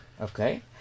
okay